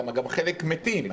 בגלל שחלק מתים.